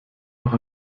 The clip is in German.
noch